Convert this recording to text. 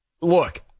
Look